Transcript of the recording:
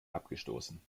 abgestoßen